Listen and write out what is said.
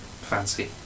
fancy